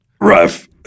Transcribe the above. Ruff